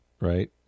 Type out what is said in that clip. right